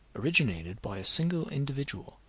originated by a single individual,